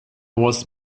was